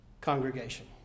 congregation